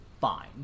fine